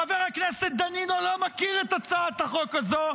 חבר הכנסת דנינו לא מכיר את הצעת החוק הזו,